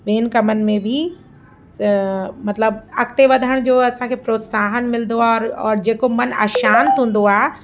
ॿियनि कमनि में बि मतिलबु अॻिते वधण जो असांखे प्रोत्साहन मिलंदो आहे और जेको मन अशांति हूंदो आहे